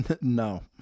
No